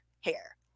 hair